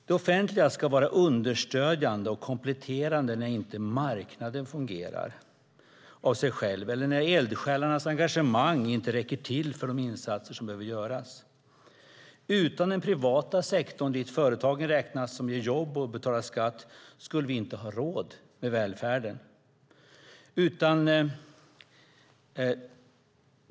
Det offentliga ska vara understödjande och kompletterande när inte marknaden fungerar av sig självt eller när eldsjälarnas engagemang inte räcker till för de insatser som behöver göras. Utan den privata sektorn, dit man räknar företag som ger jobb och betalar skatt, skulle vi inte ha råd med välfärden.